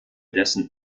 dessen